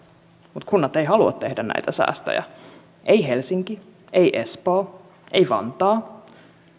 mutta kunnat eivät halua tehdä näitä säästöjä ei helsinki ei espoo ei vantaa